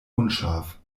unscharf